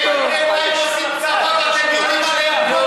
מה זה שייך ל-1,000 חיילים ששולחים מכתב לרמטכ"ל?